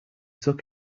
took